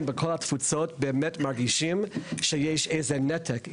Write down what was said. בכל התפוצות באמת מרגישים שיש איזה נתק,